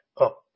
up